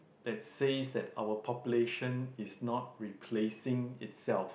that says that our population is not replacing itself